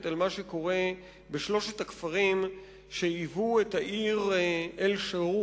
על מה שקורה בשלושת הכפרים שהיוו את העיר אל-שגור,